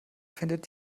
findet